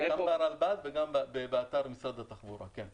גם ברלב"ד וגם באתר משרד התחבורה, כן.